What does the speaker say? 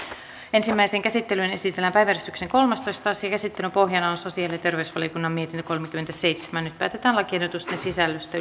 ensimmäiseen käsittelyyn esitellään päiväjärjestyksen kolmastoista asia käsittelyn pohjana on sosiaali ja terveysvaliokunnan mietintö kolmekymmentäseitsemän nyt päätetään lakiehdotusten sisällöstä